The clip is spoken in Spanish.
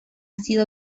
sido